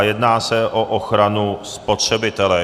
Jedná se o ochranu spotřebitele.